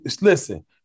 Listen